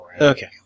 Okay